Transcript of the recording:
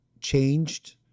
changed